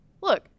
look